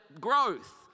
growth